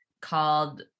called